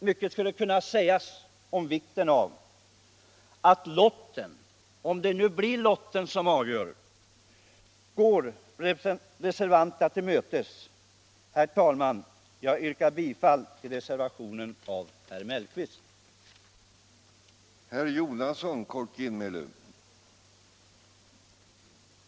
Mycket skulle kunna sägas om vikten av att lotten — om det nu blir lotten som avgör — går reservanterna till mötes. Jag yrkar, herr talman, bifall till reservationen av herr Mellqvist m.fl.